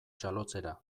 txalotzera